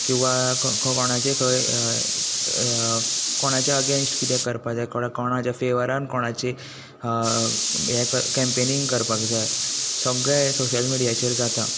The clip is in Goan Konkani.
किंवा कोणाचेंय खंय कोणाचेय अगेन्स्ट कितें करपाक जाय कोणाच्या फेवरांत कोणाची कॅम्पेनींग करपाक जाय सगळें सोशियल मिडियाचेर जाता